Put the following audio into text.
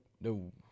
No